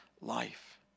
life